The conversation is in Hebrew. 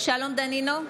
שלום דנינו,